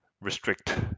restrict